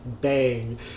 bang